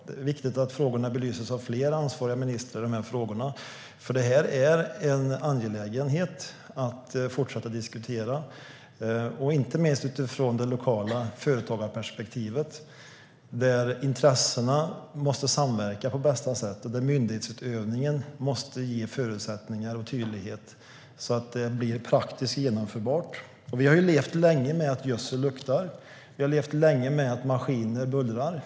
Det är viktigt att de här frågorna belyses av flera ansvariga ministrar, för detta är en angelägenhet att fortsätta att diskutera, inte minst utifrån det lokala företagarperspektivet, där intressena måste samverka på bästa sätt och där myndighetsutövningen måste ge förutsättningar och tydlighet, så att det blir praktiskt genomförbart. Vi har levt länge med att gödsel luktar. Vi har levt länge med att maskiner bullrar.